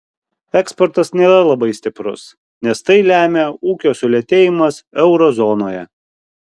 eksportas nėra labai stiprus nes tai lemia ūkio sulėtėjimas euro zonoje